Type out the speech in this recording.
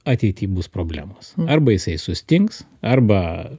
ateity bus problemos arba jisai sustings arba